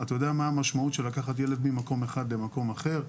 אתה יודע מה המשמעות של לקחת ילד ממקום אחד למקום אחר,